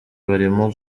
barimo